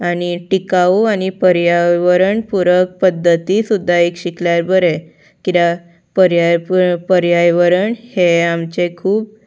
आनी टिकाऊ आनी पर्यावरण पूरक पद्दती सुद्दा एक शिकल्यार बरें कित्याक पर्या पर्यावरण हें आमचें खूब